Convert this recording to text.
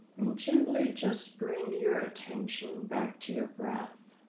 and gently just bring your attention back to your breath.